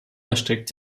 erstreckt